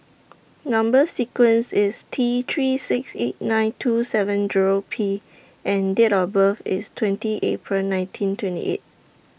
Number sequence IS T three six eight nine two seven Zero P and Date of birth IS twenty April nineteen twenty eight